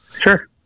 sure